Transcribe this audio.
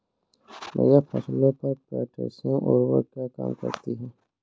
भैया फसलों पर पोटैशियम उर्वरक क्या काम करती है?